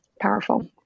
powerful